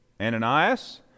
Ananias